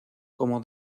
como